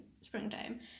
springtime